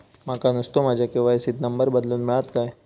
माका नुस्तो माझ्या के.वाय.सी त नंबर बदलून मिलात काय?